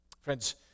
friends